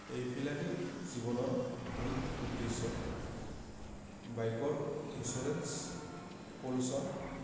এইবিলাকেই জীৱনৰ মূল উদ্দেশ্য বাইকৰ ইঞ্চুৰেঞ্চ পলুচন